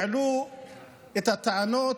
שהעלו את הטענות